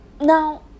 Now